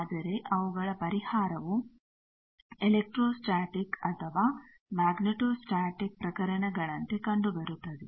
ಆದರೆ ಅವುಗಳ ಪರಿಹಾರವು ಎಲೆಕ್ಟ್ರೋ ಸ್ಟ್ಯಾಟಿಕ್ ಅಥವಾ ಮ್ಯಾಗ್ನೇಟೊ ಸ್ಟ್ಯಾಟಿಕ್ ಪ್ರಕರಣಗಳಂತೆ ಕಂಡುಬರುತ್ತದೆ